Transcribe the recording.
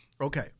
Okay